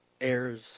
heirs